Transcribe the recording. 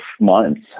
months